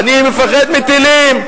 אני מפחד מטילים.